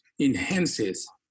enhances